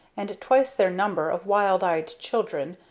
and twice their number of wild-eyed children,